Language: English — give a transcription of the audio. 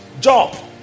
job